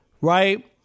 right